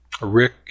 Rick